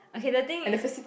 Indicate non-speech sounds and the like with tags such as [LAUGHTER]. okay the thing [NOISE]